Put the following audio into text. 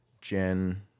jen